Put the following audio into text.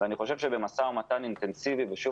ואני חושב שבמשא-ומתן אינטנסיבי ושוב